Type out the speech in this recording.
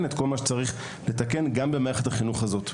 את כל מה שצריך גם במערכת החינוך הזאת.